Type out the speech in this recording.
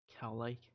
Cow-like